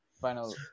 Final